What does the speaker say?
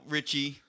Richie